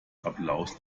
applaus